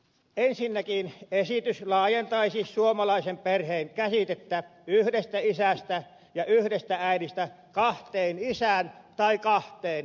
ensinnäkin esitys laajentaisi suomalaisen perheen käsitettä yhdestä isästä ja yhdestä äidistä kahteen isään tai kahteen äitiin